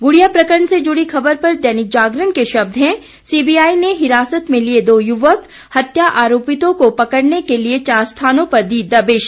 गुड़िया प्रकरण से जुड़ी खबर पर दैनिक जागरण के शब्द हैं सीबीआई ने हिरासत में लिए दो युवक हत्या आरोपितों को पकड़ने के लिए चार स्थानों पर दी दबिश